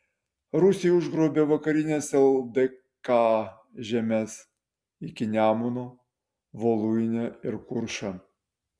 rusija užgrobė vakarines ldk žemes iki nemuno voluinę ir kuršą